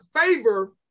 favor